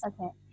Okay